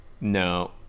No